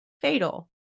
fatal